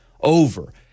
over